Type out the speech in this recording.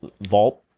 vault